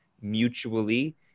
mutually